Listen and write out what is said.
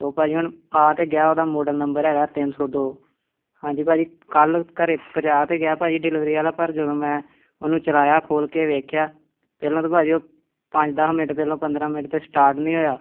ਉਹ ਭਾਅ ਜੀ ਹੁਣ ਆ ਤਾਂ ਗਿਆ ਉਹਦਾ ਮੋਡਲ ਨੰਬਰ ਹੈਗਾ ਤਿੰਨ ਸੌ ਦੋ ਹਾਂਜੀ ਭਾਅ ਜੀ ਕੱਲ ਘਰ ਪਹੁੰਚਾ ਤਾਂ ਗਿਆ ਭਾਅ ਜੀ ਡਿਲੀਵਰੀ ਵਾਲਾ ਪਰ ਜਦੋਂ ਮੈਂ ਉਹਨੂੰ ਚਲਾਇਆ ਖੋਲ੍ਹ ਕੇ ਦੇਖਿਆ ਪਹਿਲਾਂ ਤਾਂ ਭਾਅ ਜੀ ਉਹ ਪੰਜ ਦਸ ਮਿੰਟ ਪਹਿਲਾਂ ਪੰਦਰਾਂ ਮਿੰਟ ਤਾਂ ਸਟਾਰਟ ਨਹੀਂ ਹੋਇਆ